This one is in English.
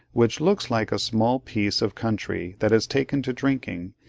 which looks like a small piece of country that has taken to drinking,